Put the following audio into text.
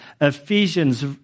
Ephesians